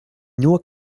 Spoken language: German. nur